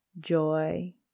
joy